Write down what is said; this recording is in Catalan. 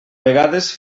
vegades